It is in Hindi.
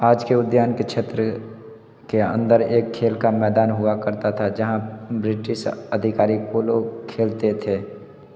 आज के उद्यान क्षेत्र के अंदर एक खेल का मैदान हुआ करता था जहाँ ब्रिटिश अधिकारी पोलो खेलते थे